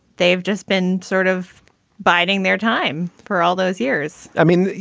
they've just been sort of biding their time for all those years i mean,